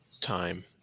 time